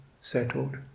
settled